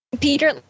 Peter